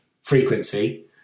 frequency